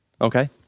Okay